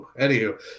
Anywho